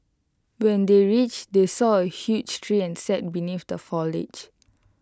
when they reached they saw A huge tree and sat beneath the foliage